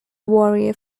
warrior